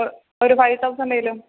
ഒരു five thousand എങ്കിലും